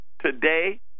today